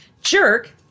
Jerk